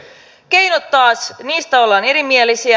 keinot taas niistä ollaan erimielisiä